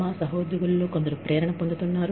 మా సహోద్యోగులలో కొందరు ప్రేరణ పొందుతున్నారు